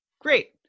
Great